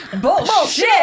Bullshit